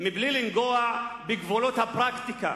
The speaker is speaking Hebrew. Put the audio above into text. בלי לנגוע בגבולות הפרקטיקה.